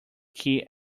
key